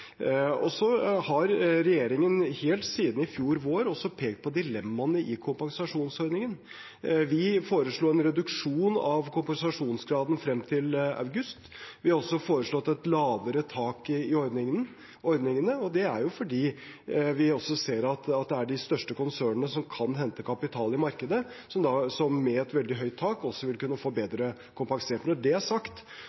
dilemmaene i kompensasjonsordningen. Vi foreslo en reduksjon av kompensasjonsgraden frem til august. Vi har også foreslått et lavere tak i ordningene. Det er fordi vi også ser at det er de største konsernene, som kan hente kapital i markedet, som med et veldig høyt tak vil kunne